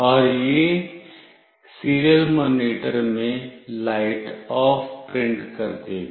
और यह serial monitor में लाइट ऑफ प्रिंट कर देगा